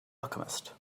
alchemist